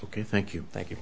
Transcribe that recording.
ok thank you thank you